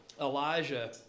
Elijah